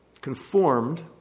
Conformed